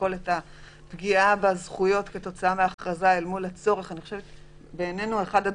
ולשקול את הפגיעה בזכויות אל מול הצורך בהכרזה.